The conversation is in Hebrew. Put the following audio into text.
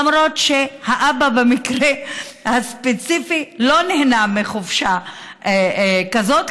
למרות שהאבא במקרה הספציפי לא נהנה מחופשה כזאת,